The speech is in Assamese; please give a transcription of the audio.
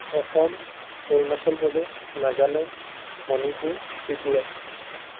অসম অৰুণাচল প্ৰদেশ নাগালেণ্ড মণিপুৰ ত্ৰিপুৰা